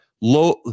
low